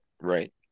Right